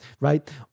right